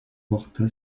porta